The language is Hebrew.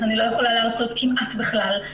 אז אני לא יכולה להרצות כמעט בכלל.